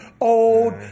old